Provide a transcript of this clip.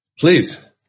Please